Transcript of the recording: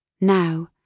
Now